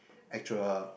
actual